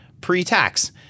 pre-tax